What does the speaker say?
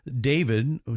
David